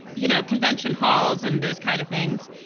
you know, convention halls and those kind of things.